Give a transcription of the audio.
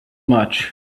much